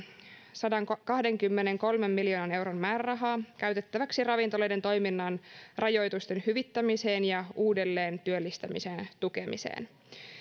sadankahdenkymmenenkolmen miljoonan euron määrärahaa käytettäväksi ravintoloiden toiminnan rajoitusten hyvittämiseen ja uudelleentyöllistämisen tukemiseen